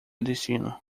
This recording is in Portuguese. destino